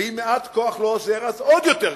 ואם מעט כוח לא עוזר, אז עוד יותר כוח,